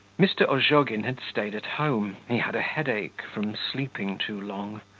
mr. ozhogin had stayed at home he had a headache, from sleeping too long.